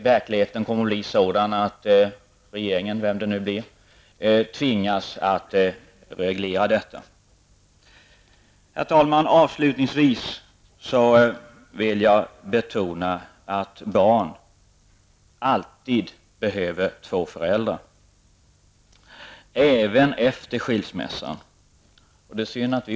Verkligheten kommer att bli sådan att regeringen -- hur den nu kommer att se ut -- tvingas att reglera detta. Herr talman! Avslutningsvis vill jag betona att barn alltid behöver två föräldrar, även efter skilsmässan.